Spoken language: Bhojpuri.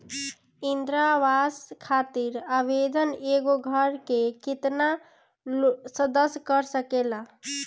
इंदिरा आवास खातिर आवेदन एगो घर के केतना सदस्य कर सकेला?